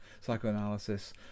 psychoanalysis